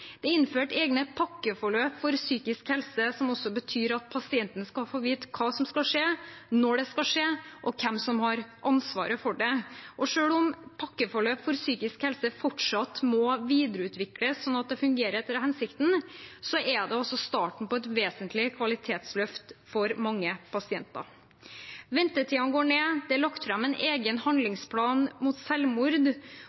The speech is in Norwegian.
Det er innført egne pakkeforløp for psykisk helse, noe som også betyr at pasienten skal få vite hva som skal skje, når det skal skje, og hvem som har ansvaret for det. Selv om pakkeforløp for psykisk helse fortsatt må videreutvikles slik at det fungerer etter hensikten, er det altså starten på et vesentlig kvalitetsløft for mange pasienter. Ventetidene går ned, det er lagt fram en egen